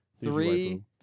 Three